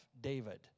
David